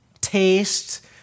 taste